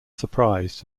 surprised